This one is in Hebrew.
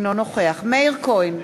אינו נוכח מאיר כהן,